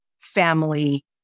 family